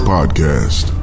Podcast